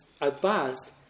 advanced